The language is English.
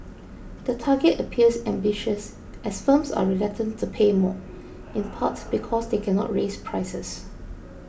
the target appears ambitious as firms are reluctant to pay more in part because they cannot raise prices